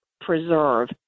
preserve